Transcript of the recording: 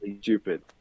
stupid